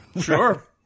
Sure